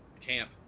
camp